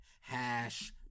Hash